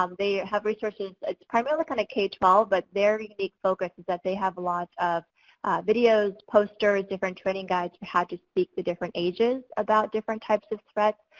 they have resources, primarily kind of k twelve, but their unique focus is that they have a lot of videos, posters, different training guides, how to speak to different ages about different types of threats,